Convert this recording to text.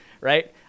right